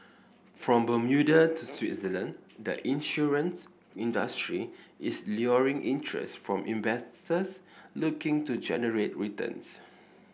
from Bermuda to Switzerland the insurance industry is luring interest from investors looking to generate returns